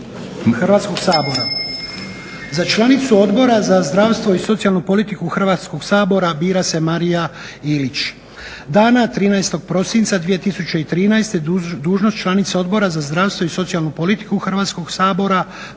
Hrvatskog sabora. Za članicu Odbora za zdravstvo i socijalnu politiku Hrvatskog sabora bira se Marija Ilić. Dana 13.prosinca 2013.dužnost članice Odbora za zdravstvenu i socijalnu politiku Hrvatskog sabora